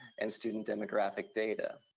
and student demographic data.